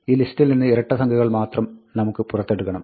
ഈ ലിസ്റ്റിൽ നിന്ന് ഇരട്ടസംഖ്യകൾ മാത്രം നമുക്ക് പുറത്തെടുക്കണം